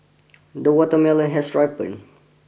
the watermelon has ripen